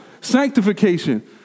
sanctification